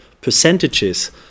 percentages